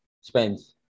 spends